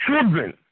children